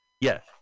yes